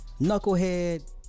knucklehead